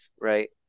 right